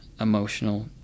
emotional